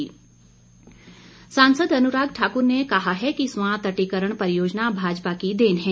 अनुराग सांसद अनुराग ठाकुर ने कहा है कि स्वां तटीकरण परियोजना भाजपा की देन है